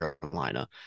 Carolina